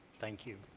thank you.